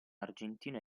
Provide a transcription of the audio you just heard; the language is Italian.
argentino